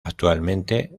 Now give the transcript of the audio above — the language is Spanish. actualmente